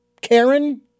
Karen